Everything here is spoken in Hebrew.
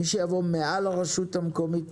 מי שיבוא מעל הרשות המקומית,